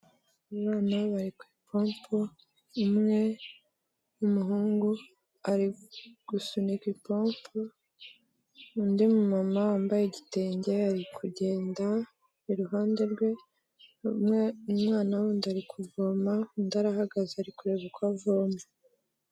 Abana bari ku ipompo, umwe w'umuhungu ari gusunika ipompo, undi mumama wambaye igitenge, ari kugenda iruhande rwe, umwe, umwana wundi ari kuvoma, undi arahagaze ari kureba uko avoma.